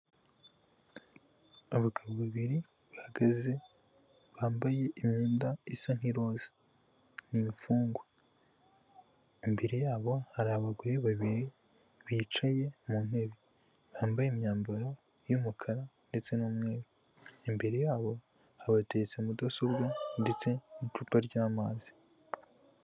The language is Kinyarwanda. Abagabo babiri bahagaze bambaye imyenda isa nk'iroza n'imfungwa, imbere yabo hari abagore babiri bicaye mu ntebe bambaye imyambaro y'umukara ndetse n'umweru, imbere yabo hateretse mudasobwa ndetse n'icupa ry'amazi.